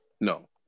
no